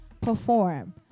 perform